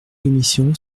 commission